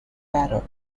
parrot